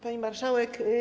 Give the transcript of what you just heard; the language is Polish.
Pani Marszałek!